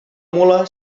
mula